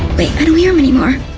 wait, i don't hear him anymore.